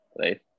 right